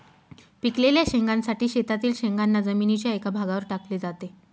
पिकलेल्या शेंगांसाठी शेतातील शेंगांना जमिनीच्या एका भागावर टाकले जाते